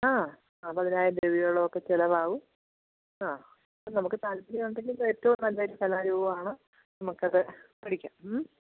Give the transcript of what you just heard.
ആ പതിനായിരം രൂപയോളം ഒക്കെ ചിലവാകും ആ നമുക്ക് താല്പര്യം ഉണ്ടെങ്കിൽ ഏറ്റവും നല്ലൊരു കലാരൂപാണ് നമുക്കത് പഠിക്കാം മ്മ്